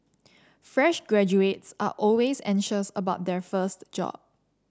fresh graduates are always anxious about their first job